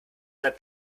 that